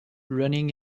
running